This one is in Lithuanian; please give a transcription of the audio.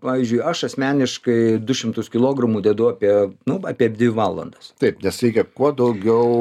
pavyžiui aš asmeniškai du šimtus kilogramų dedu apie nu apie dvi valandas taip nes reikia kuo daugiau